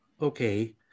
okay